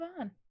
on